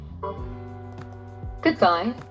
Goodbye